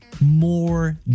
more